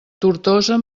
tortosa